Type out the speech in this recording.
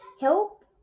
help